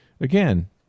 again